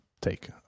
take